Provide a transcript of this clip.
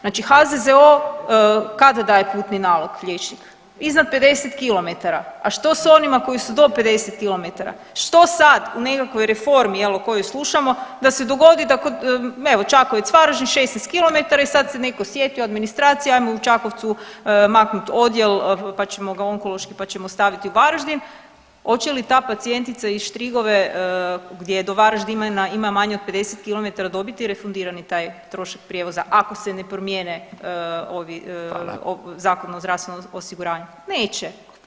Znači HZZO kad daje putni nalog liječnik, iznad 50 km, a što s onima koji su do 50 km, što sad u nekakvoj reformi jel o kojoj slušamo da se dogodi da kod evo Čakovec-Varaždin 16 km i sad se neko sjetio od administracije ajmo u Čakovcu maknut odjel, pa ćemo ga onkološki, pa ćemo staviti u Varaždin, hoće li ta pacijentica iz Štrigove gdje do Varaždina ima manje od 50 km dobiti refundirani taj trošak prijevoza ako se ne promijene ovi, Zakon o zdravstvenom osiguranju, neće.